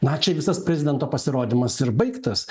na čia visas prezidento pasirodymas ir baigtas